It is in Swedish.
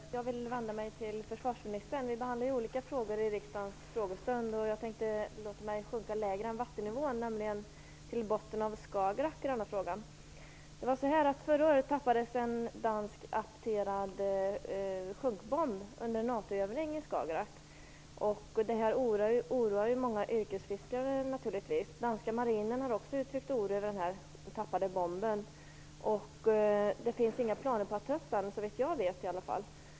Fru talman! Jag vill vända mig till försvarsministern. Vi behandlar ju olika frågor vid riksdagens frågestund, och jag tänkte i denna fråga låta mig sjunka lägre än vattennivån, nämligen till botten av Skagerrak. Förra året tappades en dansk apterad sjunkbomb under en NATO-övning i Skagerrak, och det oroar naturligtvis många yrkesfiskare. Danska marinen har också uttryckt oro över denna tappade bomb. Det finns, såvitt jag vet, inga planer på att ta upp den.